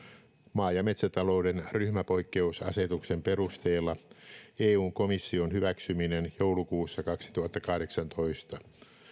maa ja metsätalouden ryhmäpoikkeusasetuksen perusteella eun komission hyväksyminen joulukuussa kaksituhattakahdeksantoista